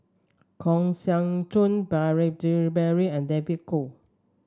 Kang Siong Joo Beurel Jean Marie and David Kwo